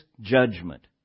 judgment